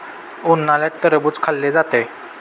उन्हाळ्यात टरबूज खाल्ले जाते